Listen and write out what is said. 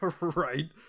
Right